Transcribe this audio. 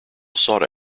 sought